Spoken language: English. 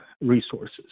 resources